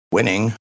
Winning